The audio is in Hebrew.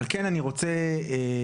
על כן אני רוצה להצביע.